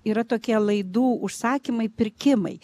yra tokie laidų užsakymai pirkimai